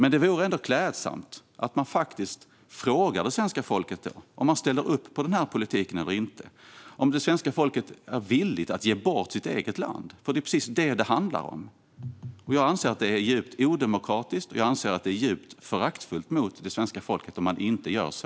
Det vore ändå klädsamt att fråga det svenska folket om man ställer upp på denna politik eller inte och om det svenska folket är villigt att ge bort sitt eget land, för det är precis det som det handlar om. Jag anser att det är djupt odemokratiskt och djupt föraktfullt mot det svenska folket att inte göra så.